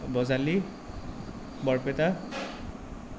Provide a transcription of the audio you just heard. Bajali Barpeta